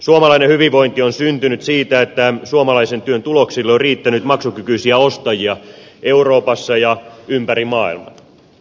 suomalainen hyvinvointi on syntynyt siitä että suomalaisen työn tuloksille on riittänyt maksukykyisiä ostajia euroopassa ja ympäri maailman